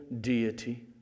deity